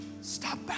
Stop